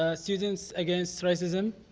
ah students against racism